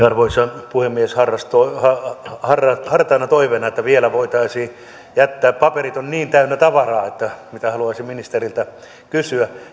arvoisa puhemies hartaana toiveena että vielä voitaisiin jättää paperit ovat niin täynnä tavaraa mitä haluaisin ministeriltä kysyä